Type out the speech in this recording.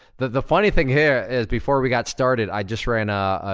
the funny thing here is, before we got started i just ran a,